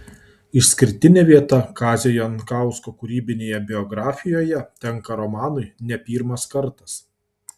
išskirtinė vieta kazio jankausko kūrybinėje biografijoje tenka romanui ne pirmas kartas